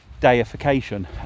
deification